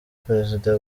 perezida